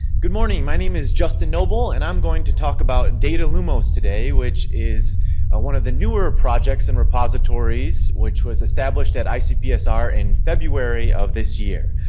good morning, my name is justin noble and i'm going to talk about datalumos today which is one of the newer projects and repositories which was established at icpsr in february of this year.